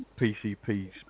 PCP's